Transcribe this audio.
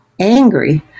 angry